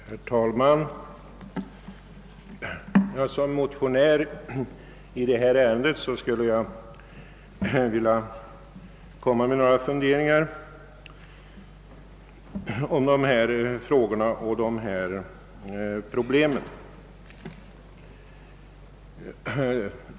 Herr talman! Som motionär i ärendet vill jag anföra några synpunkter på dessa problem.